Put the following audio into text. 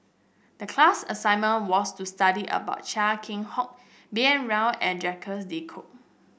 the class assignment was to study about Chia Keng Hock B N Rao and Jacques De Coutre